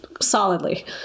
solidly